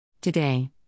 Today